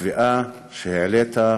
לתביעה שהעלית,